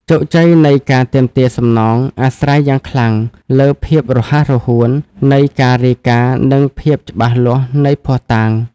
ជោគជ័យនៃការទាមទារសំណង អាស្រ័យយ៉ាងខ្លាំងលើ ភាពរហ័សរហួន នៃការរាយការណ៍ និងភាពច្បាស់លាស់នៃភស្តុតាង។